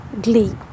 glee